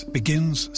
begins